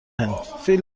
هند